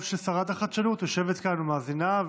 טוב ששרת החדשנות יושבת כאן ומאזינה,